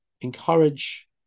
encourage